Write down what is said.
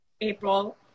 April